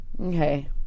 Okay